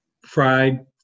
fried